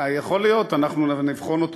אולי דובר צה"ל?